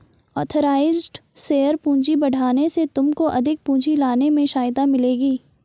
authorised share पूंजी बढ़ाने से तुमको अधिक पूंजी लाने में सहायता मिलेगी